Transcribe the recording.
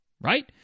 right